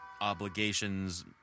obligations